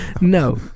No